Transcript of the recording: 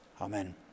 Amen